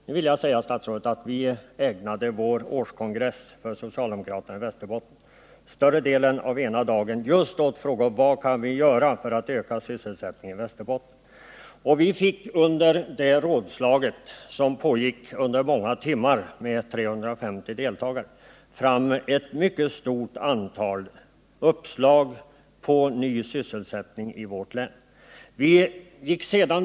Här vill jag säga att vi socialdemokrater i Västerbotten i samband med vår årskongress ägnade större delen av den ena dagen just åt frågan: Vad kan vi göra för att öka sysselsättningen i Västerbotten? Under det rådslaget, som pågick under många timmar och med 350 deltagare, fick vi fram ett mycket stort antal uppslag till sysselsättningsfrämjande åtgärder i vårt län.